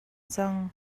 cang